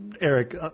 Eric